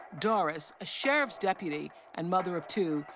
doris, a sheriff's deputy and mother of two,